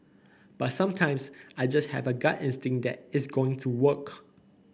but sometimes I just have a gut instinct that it's going to work